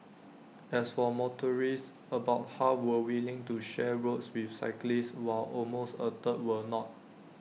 as for motorists about half were willing to share roads with cyclists while almost A third were not